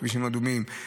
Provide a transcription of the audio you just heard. כבישים אדומים,